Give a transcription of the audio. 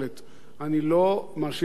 אני לא מאשים רק אותך,